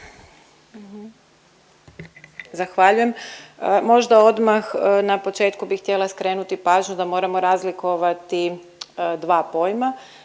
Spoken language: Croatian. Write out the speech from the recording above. Zahvaljujem. Možda odmah na početku bi htjela skrenuti pažnju da moramo razlikovati dva pojma,